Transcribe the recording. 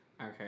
okay